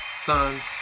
sons